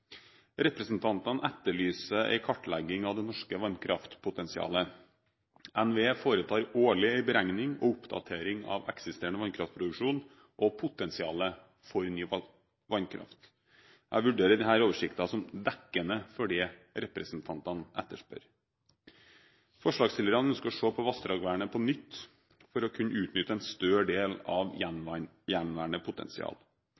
Representantene etterlyser en kartlegging av det norske vannkraftpotensialet. NVE foretar årlig en beregning og oppdatering av eksisterende vannkraftproduksjon og potensialet for ny vannkraft. Jeg vurderer denne oversikten som dekkende for det representantene etterspør. Forslagsstillerne ønsker å se på vassdragsvernet på nytt for å kunne utnytte en større del av